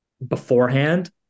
beforehand